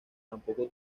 tampoco